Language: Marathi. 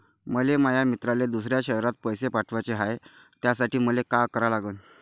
मले माया मित्राले दुसऱ्या शयरात पैसे पाठवाचे हाय, त्यासाठी मले का करा लागन?